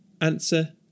Answer